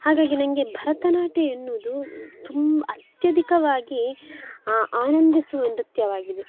ಹಾಗಾಗಿ ನನಗೆ ಭರತನಾಟ್ಯ ಎನ್ನುವುದು ತುಮ್ ಅತ್ಯಧಿಕವಾಗಿ ಆನಂದಿಸುವ ನೃತ್ಯವಾಗಿದೆ